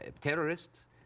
terrorists